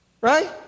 Right